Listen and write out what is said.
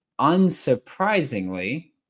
unsurprisingly